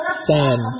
stand